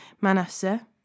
Manasseh